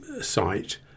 site